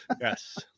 Yes